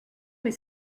mais